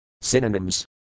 Synonyms